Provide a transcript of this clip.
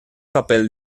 papel